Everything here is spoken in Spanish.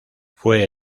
fue